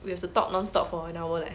we have to talk non stop for an hour leh